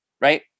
right